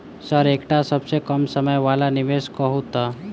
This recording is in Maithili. सर एकटा सबसँ कम समय वला निवेश कहु तऽ?